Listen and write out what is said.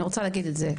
אני רוצה להגיד את זה,